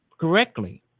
Correctly